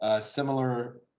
Similar